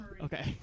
Okay